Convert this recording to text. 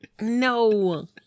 No